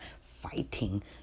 fighting